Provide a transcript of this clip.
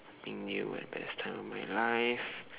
something new and best time in my life